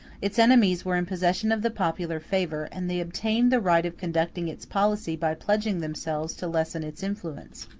its enemies were in possession of the popular favor and they obtained the right of conducting its policy by pledging themselves to lessen its influence.